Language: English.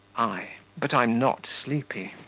i. but i'm not sleepy.